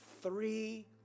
three